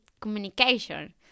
communication